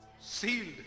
sealed